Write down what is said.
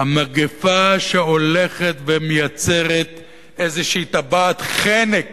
המגפה שהולכת ומייצרת איזו טבעת חנק